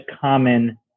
common